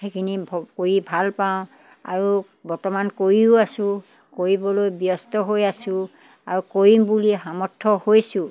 সেইখিনি কৰি ভাল পাওঁ আৰু বৰ্তমান কৰিও আছোঁ কৰিবলৈ ব্যস্ত হৈ আছোঁ আৰু কৰিম বুলি সামৰ্থ্য হৈছোঁ